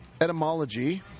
etymology